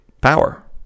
power